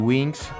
Wings